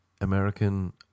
American